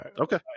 Okay